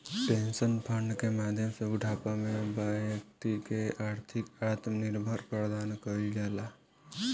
pension fund के माध्यम से बूढ़ापा में बैक्ति के आर्थिक आत्मनिर्भर प्रदान कईल जाला